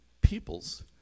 peoples